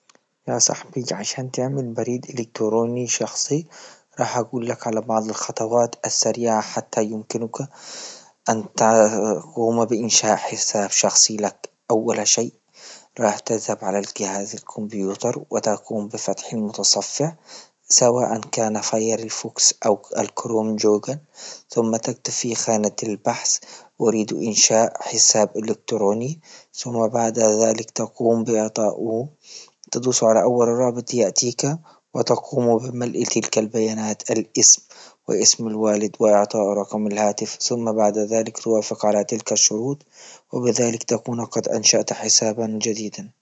يا صاحبي عشان تعمل بريد إلكتروني شخصي، راح أقول لك على بعض الخطوات السريعة حتى يمكنك أن تقوم بإنشاء حساب شخصي لك، فصيلة أول شيء راح تذهب على الجهاز الكمبيوتر وتقوم بفتح المتصفح سواء كان فيار فوكس أو الكروم جوقن ثم تكتب في خانة البحث أريد إنشاء حساب إلكتروني ثم بعد ذلك تقوم بإعطاؤه، تدوس على أول الرابط يأتيك وتقوم بملئ تلك البيانات الاسم واسم الوالد وإعطاء رقم الهاتف سم بعد ذلك توافق على تلك الشروط وبذالك تكون قد أنشأت حسابا جديدا.